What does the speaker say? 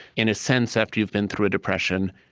in a sense, after you've been through a depression,